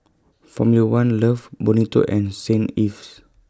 Formula one Love Bonito and Saint Ives